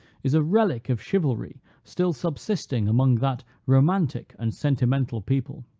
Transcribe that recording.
is a relic of chivalry still subsisting among that romantic and sentimental people.